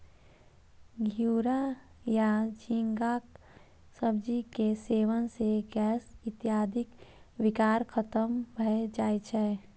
घिवरा या झींगाक सब्जी के सेवन सं गैस इत्यादिक विकार खत्म भए जाए छै